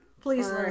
please